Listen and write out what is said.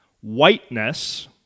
whiteness